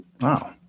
wow